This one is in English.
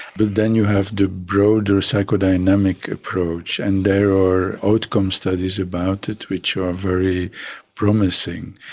but then you have the broader psychodynamic approach, and there are outcome studies about it which are very promising.